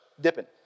dipping